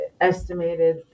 estimated